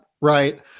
Right